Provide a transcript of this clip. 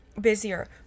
Busier